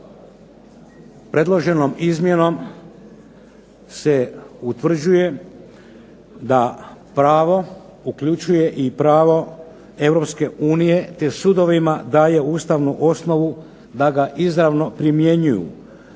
predloženom izmjenom se utvrđuje da pravo uključuje i pravo EU te sudovima daje ustavnu osnovu da ga izravno primjenjuje.